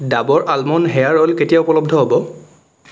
ডাৱৰ almond hair oil কেতিয়া উপলব্ধ হ'ব